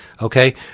Okay